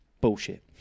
bullshit